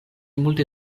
multe